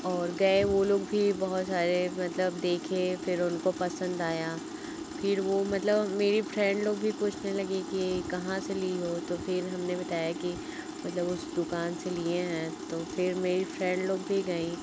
और गए वह लोग भी बहुत सारे मतलब देखे फिर उनको पसंद आया फिर वह मतलब मेरी फ़्रेन्ड लोग भी पूछने लगीं कि कहाँ से ली हो तो फिर हमने बताया कि मतलब उस दुकान से लिए हैं तो फिर मेरी फ़्रेन्ड लोग भी गईं